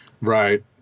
right